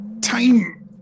time